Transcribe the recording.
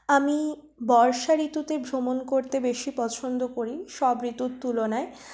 আমি বর্ষা ঋতুতে ভ্রমণ করতে বেশি পছন্দ করি সব ঋতুর তুলনায়